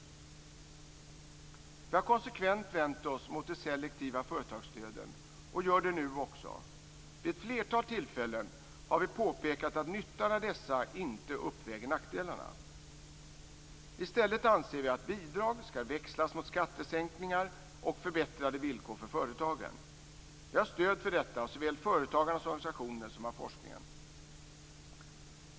Vi har konsekvent vänt oss mot de selektiva företagsstöden och gör det nu också. Vid ett flertal tillfällen har vi påpekat att nyttan av dessa inte uppväger nackdelarna. I stället anser vi att bidrag skall växlas mot skattesänkningar och förbättrade villkor för företagen. Vi har stöd för detta av såväl företagarnas organisationer som forskningen.